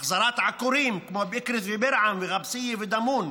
החזרת עקורים, כמו באיקרית ובירעם וע'בסייה ודמון,